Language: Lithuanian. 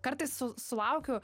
kartais sulaukiu